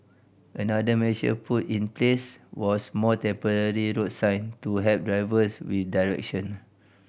another measure put in place was more temporary road sign to help drivers with direction